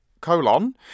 colon